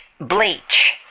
bleach